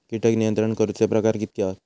कीटक नियंत्रण करूचे प्रकार कितके हत?